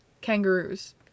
kangaroos